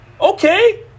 Okay